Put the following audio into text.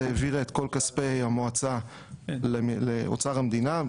העבירה את כל כספי המועצה לאוצר המדינה.